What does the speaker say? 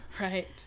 right